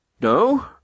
No